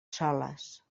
soles